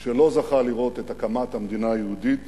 שלא זכה לראות את הקמת המדינה היהודית